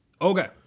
okay